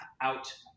out